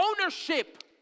ownership